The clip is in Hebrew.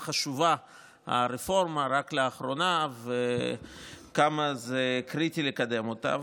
כמה חשובה הרפורמה וכמה זה קריטי לקדם אותה.